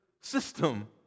system